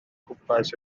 gwmpas